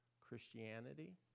Christianity